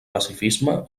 pacifisme